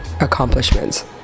accomplishments